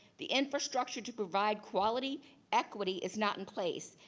the infrastructure to provide quality equity is not in place.